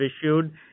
issued